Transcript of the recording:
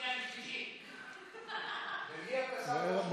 חברים, תצביעו, בבקשה.